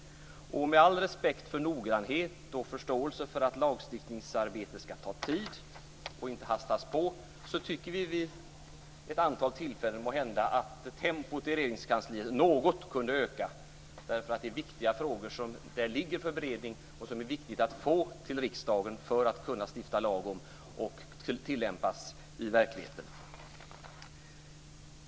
Med all respekt för noggrannhet och för att lagstiftningsarbete skall ta tid och inte skyndas på, tycker vi måhända att tempot i Regeringskansliet kunde öka något vid vissa tillfällen. Det är ju viktiga frågor som ligger där för beredning, och det är viktigt att de kommer till riksdagen så att lagar kan stiftas och sedan tillämpas i verkligheten.